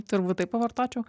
turbūt taip pavartočiau